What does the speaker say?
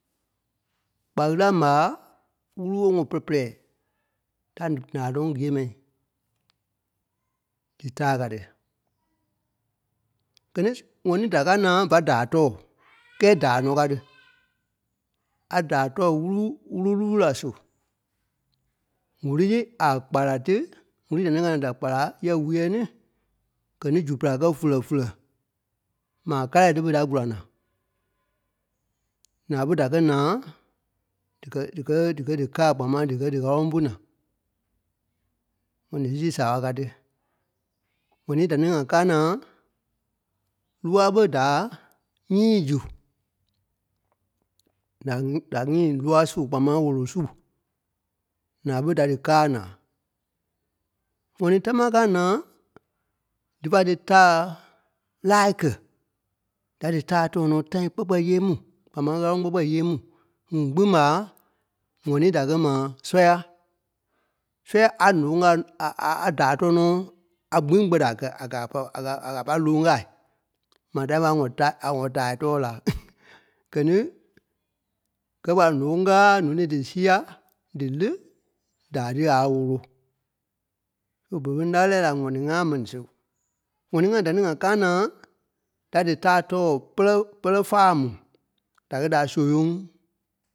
kpaɣilaŋ ɓa wúru woŋo pɛpɛlɛɛ. Da ǹaa nɔ́ ŋí gîe mɛi. Dítaa ka tí. Gɛ̀ ní, ŋɔni da káa naa va daa tɔ̂ɔ: kɛ́ɛ daa nɔ́ ká tí. A daa tɔ̂ɔ wuru wúru lula su. ŋ̀urii a kpala tí, ŋurii da-ni-ŋa da kpala yɛ̂ɛ wúyɛ ni, gɛ̀ ní zu-pere a kɛ̂ fùulɛ-fulɛ. Maa kala ti ɓe da gula naa. Naa ɓe da kɛ̂ naa díkɛ- díkɛ- díḱɛ dí kàa kpaaŋ máŋ díkɛ díɣaloŋ pu naa. ŋɔni sîi saaɓa ká tí. ŋɔnii da-ni ŋa káa naa lóa ɓé da nyîi zu. Da nyî- da nyîi lóa su kpaa máŋ wolo su. Naa ɓe da dí kâa naa. ŋɔnii támaa káa naa dífa dítaa lâai kɛ̀. Da dítaa tɔ̂ɔ nɔ́ tãi kpɛ-kpɛɛi yée mu kpaa máŋ ɣáloŋ kpɛ́-kpɛɛ yée mu. Ŋuŋ kpîŋ ɓa ŋɔni da kɛ́ ma sɔ́ya. Sɔ́ya a ǹóŋ kaa a- a- a daa tɔɔ nɔ́ a gbîŋ kpɛtɛ a kɛ̀- a ka- a pɔri a ka - a kɛ̀ a pâi lóŋ kâai, maa tãi a ŋɔtaa- a ŋɔtaai tɔ̂ɔ la. Gɛ̀ ní gɛ́ gbe a ǹóŋ káa, ǹonîi dí sía, dí lí, daai tí a wólo. So berei ɓe láa lɛɛi la ŋɔni-ŋa mɛni su. ŋɔni-ŋa da-ni ŋa káa naa da dítaa tɔ́ɔ pɛ́rɛ- pɛrɛ fâaŋ mu. Da kɛ̂ da soyɔŋ.